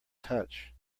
touch